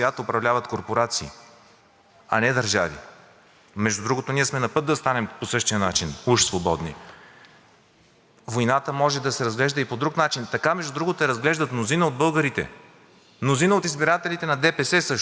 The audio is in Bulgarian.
Войната може да се разглежда и по друг начин. Така, между другото, я разглеждат мнозина от българите. Мнозина от избирателите на ДПС също, с които имах възможността да се видя в събота и неделя – просто така, по стечение на обстоятелствата. Мисълта ми е,